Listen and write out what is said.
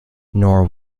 nor